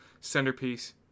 centerpiece